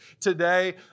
today